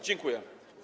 Dziękuję.